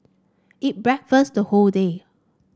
eat breakfast the whole day